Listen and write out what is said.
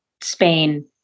Spain